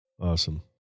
Awesome